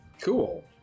Cool